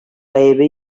гаебе